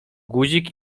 guzik